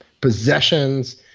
possessions